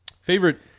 Favorite